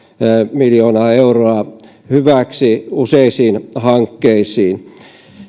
miljoonaa euroa hyväksi useisiin hankkeisiin